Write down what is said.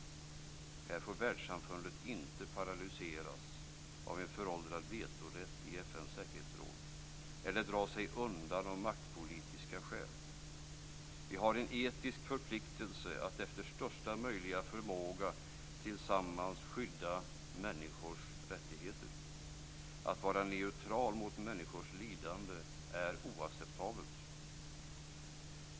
Här får världssamfundet inte paralyseras av en föråldrad vetorätt i FN:s säkerhetsråd eller dra sig undan av maktpolitiska skäl. Vi har en etisk förpliktelse att efter största möjliga förmåga tillsammans skydda människors rättigheter. Att vara neutral mot människors lidande är oacceptabelt.